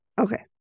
Okay